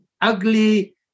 ugly